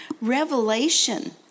revelation